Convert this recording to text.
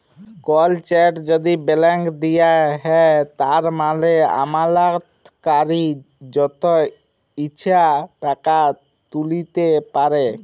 call cheque যদি blank দিঁয়া হ্যয় তার মালে আমালতকারি যত ইছা টাকা তুইলতে পারে